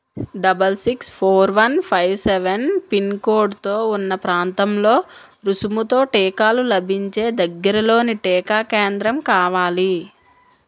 double six four one five seven పిన్కోడ్తో ఉన్న ప్రాంతంలో రుసుముతో టీకాలు లభించే దగ్గరలోని టీకా కేంద్రం కావాలి